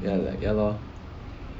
ya like ya lor